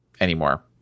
Anymore